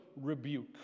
rebuke